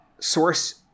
source